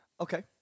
Okay